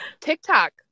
TikTok